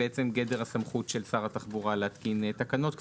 בעצם גדר הסמכות של שר התחבורה להתקין תקנות.